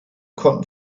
konnten